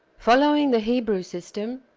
following the hebrew system,